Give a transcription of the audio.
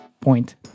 Point